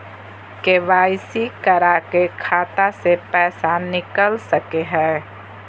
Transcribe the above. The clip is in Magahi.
के.वाई.सी करा के खाता से पैसा निकल सके हय?